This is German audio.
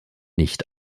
nicht